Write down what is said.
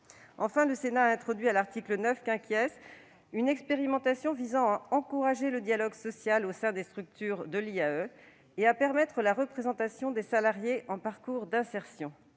Enfin, le Sénat a introduit, à l'article 9, une expérimentation visant à encourager le dialogue social au sein des structures de l'IAE et à permettre la représentation des salariés en parcours d'insertion.